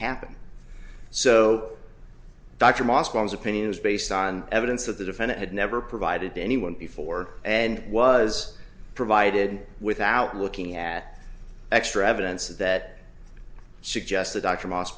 happen so dr moscow has opinions based on evidence that the defendant had never provided to anyone before and was provided without looking at extra evidence that suggested dr moss